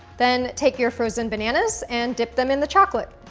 then take your frozen bananas and dip them in the chocolate.